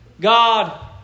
God